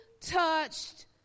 touched